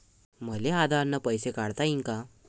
मले आधार न पैसे काढता येईन का?